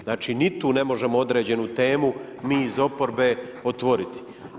Znači ni tu ne možemo određenu temu, mi iz oporbe otvoriti.